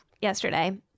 Yesterday